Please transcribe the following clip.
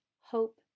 hope